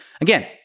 Again